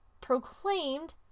proclaimed